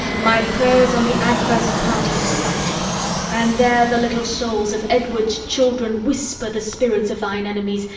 my prayers on the adverse party fight and there the little souls of edward's children whisper the spirits of thine enemies,